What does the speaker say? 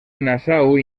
nassau